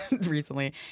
recently